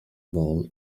ball